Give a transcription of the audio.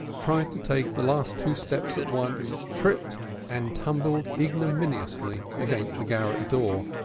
tried to take the last two steps at once, tripped and tumbled ignominiously against the garret-door,